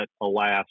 alas